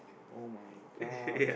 oh-my-god